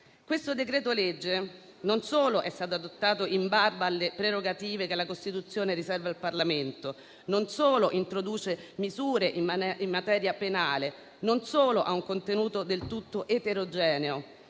Questo decreto-legge non solo è stato adottato in barba alle prerogative che la Costituzione riserva al Parlamento, non solo introduce misure in materia penale, non solo ha un contenuto del tutto eterogeneo,